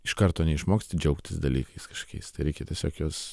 iš karto neišmoksti džiaugtis dalykais kažkokiais tai reikia tiesiog juos